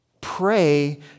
pray